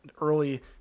early